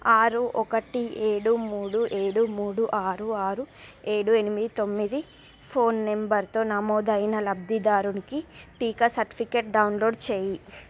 ఆరు ఒకటి ఏడు మూడు ఏడు మూడు ఆరు ఆరు ఏడు ఎనిమిది తొమ్మిది ఫోన్ నెంబరుతో నమోదైన లబ్ధిదారునికి టీకా సర్టిఫికేట్ డౌన్లోడ్ చేయి